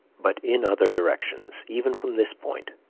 but in other directions, even from this point,